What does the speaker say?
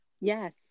Yes